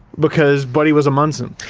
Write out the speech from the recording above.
because buddy was a munson.